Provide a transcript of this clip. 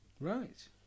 Right